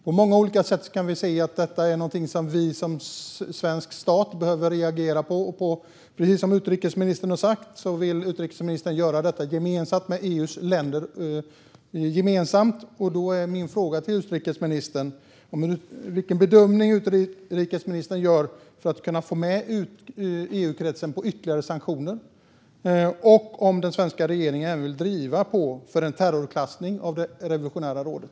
På många olika sätt kan vi säga att detta är något som vi som svensk stat behöver reagera på. Utrikesministern har sagt att han vill göra detta gemensamt med EU:s länder. Därför är min fråga till utrikesministern: Vilken bedömning gör utrikesministern när det gäller att kunna få med EU-kretsen på ytterligare sanktioner, och vill den svenska regeringen även driva på för en terrorklassning av det revolutionära rådet?